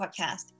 podcast